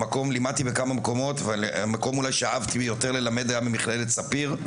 לימדתי בכמה מקומות אבל המקום אולי שאהבתי יותר ללמד היה במכללת ספיר,